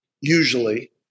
usually